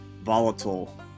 volatile